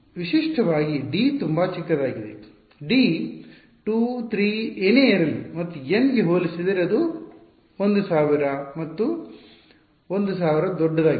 ವಿಶಿಷ್ಟವಾಗಿ d ತುಂಬಾ ಚಿಕ್ಕದಾಗಿದೆ d 2 3 ಏನೇ ಇರಲಿ ಮತ್ತು n ಗೆ ಹೋಲಿಸಿದರೆ ಅದು 1000 ಮತ್ತು 1000 ರ ದೊಡ್ಡದಾಗಿದೆ